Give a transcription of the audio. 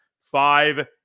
five